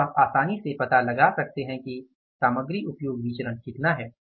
तो अब आप आसानी से पता लगा सकते हैं कि सामग्री उपयोग विचरण कितना है